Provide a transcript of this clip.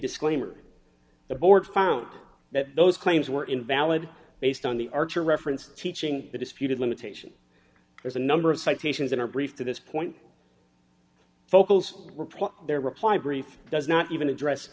disclaimer the board found that those claims were invalid based on the archer reference teaching the disputed limitation there's a number of citations in our brief to this point vocals their reply brief does not even address